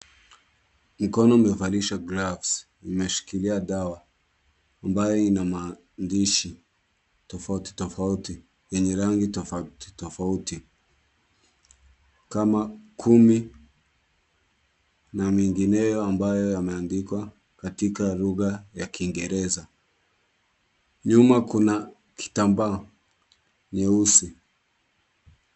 Mkono umevalishwa gloves , imeshikilia dawa ambayi na maandishi tofauti tofauti, yenye rangi tofauti tofauti, kama kumi na mingineyo ambayo yameandikwa katika lugha ya Kiingereza. Nyuma kuna kitambaa, nyeusi.